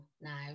now